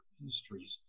industries